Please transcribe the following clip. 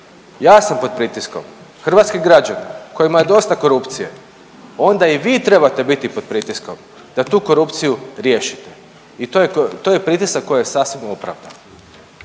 Ja sam pod pritiskom, hrvatski građani kojima je dosta korupcije onda i vi trebate biti pod pritiskom da tu korupciju riješite i to je pritisak koji je sasvim opravdan.